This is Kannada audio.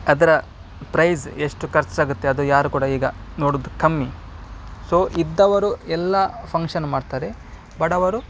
ಅದರ ಪ್ರೈಸ್ ಎಷ್ಟು ಖರ್ಚಾಗುತ್ತೆ ಅದು ಯಾರು ಕೂಡ ಈಗ ನೋಡುದು ಕಮ್ಮಿ ಸೊ ಇದ್ದವರು ಎಲ್ಲಾ ಫಂಕ್ಷನ್ ಮಾಡ್ತಾರೆ ಬಡವರು